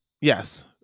Yes